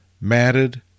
matted